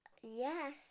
Yes